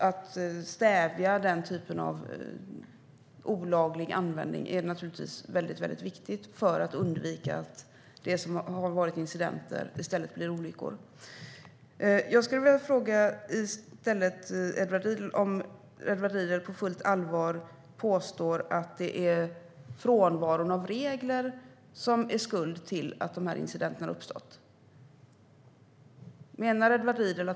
Att stävja den här typen av olaglig användning är naturligtvis väldigt viktigt för att undvika att det som har varit incidenter i stället blir olyckor. Påstår Edward Riedl på fullt allvar att det är en frånvaro av regler som bär skulden till de här incidenterna?